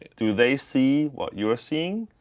do they see what you are seeing?